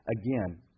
again